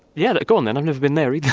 yeah like go on then, i've never been there